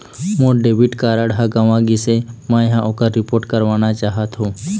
मोर debit card ह गंवा गिसे, मै ह ओकर रिपोर्ट करवाना चाहथों